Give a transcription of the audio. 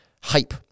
hype